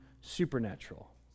supernatural